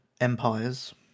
Empires